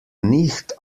nicht